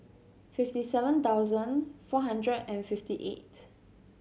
fifty seven thousand four hundred and fifty eight